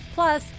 Plus